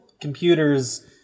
computers